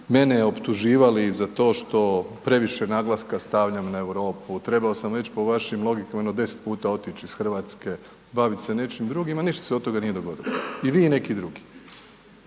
mene optuživali za to što previše naglaska stavljam na Europu, trebao sam već po vašim logikama jedno 10 puta otić iz RH, bavit se nečim drugim, a ništa se od toga nije dogodilo, i vi i neki drugi,